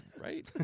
right